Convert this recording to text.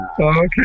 okay